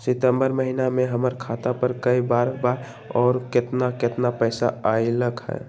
सितम्बर महीना में हमर खाता पर कय बार बार और केतना केतना पैसा अयलक ह?